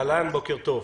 אהלן, בוקר טוב.